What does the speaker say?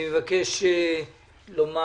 אני מבקש לומר